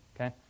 Okay